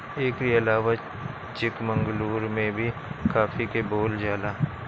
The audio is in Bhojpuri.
एकरी अलावा चिकमंगलूर में भी काफी के बोअल जाला